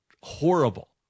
horrible